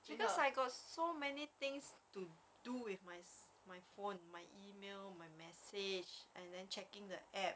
because I got so many things to do with my s~ my phone my email my message and then checking the app